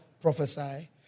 prophesy